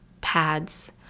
pads